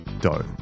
dough